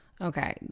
Okay